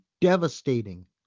devastating